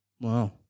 Wow